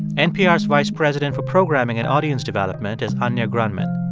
npr's vice president for programming and audience development is anya grundmann.